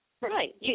Right